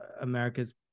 America's